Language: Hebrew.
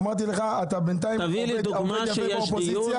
אמרתי לך, אתה בינתיים עובד יפה באופוזיציה.